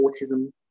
autism